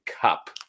cup